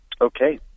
Okay